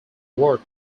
work